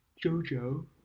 Jojo